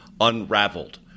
unraveled